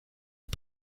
est